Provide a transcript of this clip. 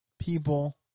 people